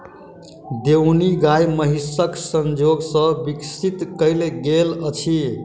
देओनी गाय महीसक संजोग सॅ विकसित कयल गेल अछि